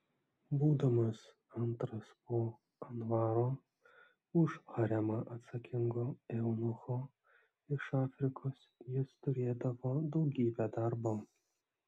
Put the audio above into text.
būdamas antras po anvaro už haremą atsakingo eunucho iš afrikos jis turėdavo daugybę darbo